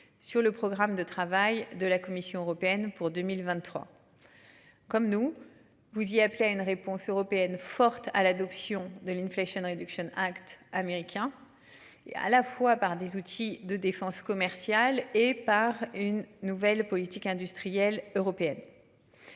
Sur le programme de travail de la Commission européenne pour 2023. Comme nous vous y appelé à une réponse européenne forte à l'adoption de l'inflation, une réduction Act américain. Et à la fois par des outils de défense commerciale et par une nouvelle politique industrielle européenne.